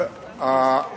על מה אתה מדבר?